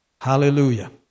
Hallelujah